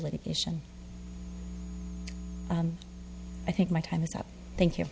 litigation i think my time is up thank you